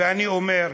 ואני אומר: